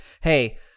hey